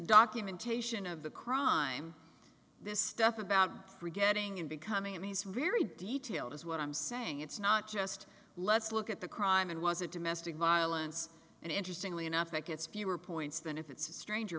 documentation of the crime this stuff about getting in becoming in these really detail is what i'm saying it's not just let's look at the crime and was a domestic violence and interestingly enough it gets fewer points than if it's a stranger